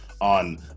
on